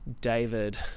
David